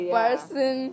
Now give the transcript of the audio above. person